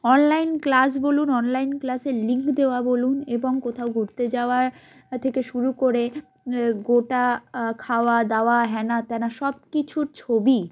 online class বলুন online ক্লাসের link দেওয়া বলুন এবং কোথাও ঘুরতে যাওয়ার থেকে শুরু করে গোটা খাওয়া দাওয়া হ্যানা ত্যানা সব কিছুর ছবি